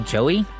Joey